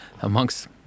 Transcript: amongst